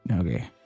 okay